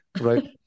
Right